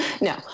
No